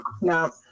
No